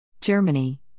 Germany